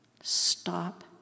stop